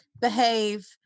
behave